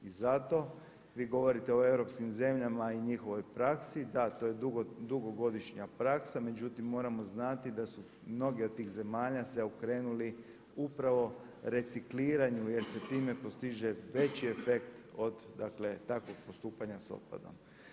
I zato vi govorite o europskim zemljama i njihovoj praksi, da to je dugogodišnja praksa međutim moramo znati da su mnoge od tih zemalja zaokrenuli upravo recikliranju jer se time postiže veći efekt od dakle takvog postupanja s otpadom.